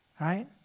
Right